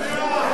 מספיק.